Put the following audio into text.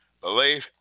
Belief